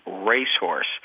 racehorse